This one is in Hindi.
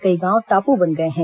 कई गांव टापू बन गए हैं